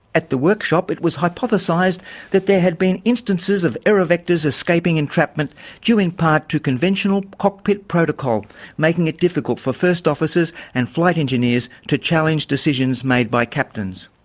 at the workshop it was hypothesised that there had been instances of error vectors escaping entrapment due in part to conventional cockpit protocol making it difficult for first officers and flight engineers to challenge decisions made by captains.